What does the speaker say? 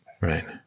Right